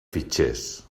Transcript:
fitxers